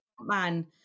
man